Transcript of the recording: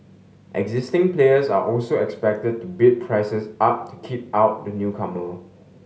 existing players are also expected to bid prices up to keep out the newcomer